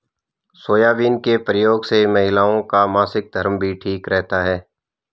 soybean के प्रयोग से महिलाओं का मासिक धर्म भी ठीक रहता है